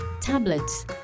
tablets